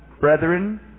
brethren